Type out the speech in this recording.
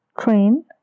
train